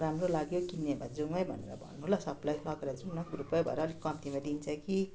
राम्रो लाग्यो किन्ने भए जाउँ है भनेर भन्नु ल सबैलाई लगेर जाउँ न ग्रुपै भएर अलिक कम्तीमा दिन्छ कि